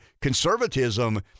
conservatism